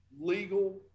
legal